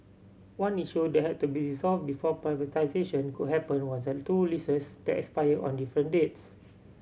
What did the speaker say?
one issue that had to be resolved before privatisation could happen was the two leases that expire on different dates